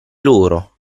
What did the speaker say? loro